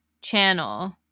channel